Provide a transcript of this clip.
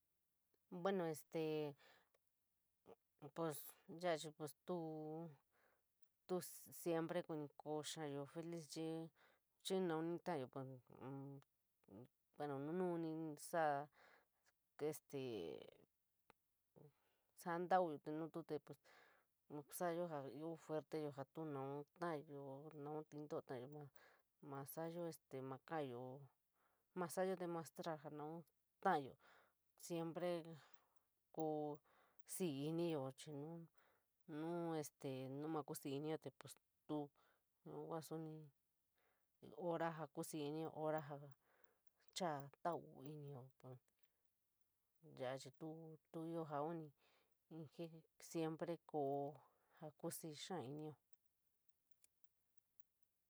Bueno, este pos yaa chir pues tuu, tu siempre koo xaayo feliz chir x'inou tolayo, munuunp sad te este sarontayo te nu tu te ma salayo ja ioo fuerte pe tuo naon tolayo o naon triitoo tolayo ma salayo, ma kolayo, na solayo demostrar para naon tolayo, siempre koo stii iniiyo chir nu nu este nu maku rii iniio te pues tuu, ora ja kusft iniio ja choad ja tavoi iniioo, yaa chir tuo ja pooni jir siempre koo ja kusft ya iniio.